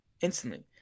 Instantly